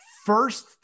first